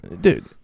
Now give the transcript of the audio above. Dude